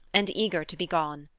and eager to be gone.